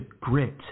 grit